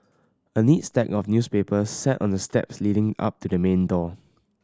a neat stack of newspapers sat on the steps leading up to the main door